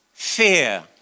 fear